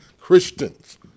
Christians